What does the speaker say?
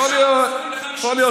אבל יש תורת לחימה,